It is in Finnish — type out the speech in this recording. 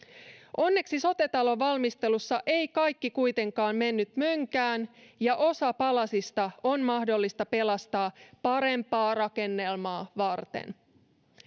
onneksi sote talon valmistelussa ei kaikki kuitenkaan mennyt mönkään ja osa palasista on mahdollista pelastaa parempaa rakennelmaa varten